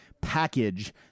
package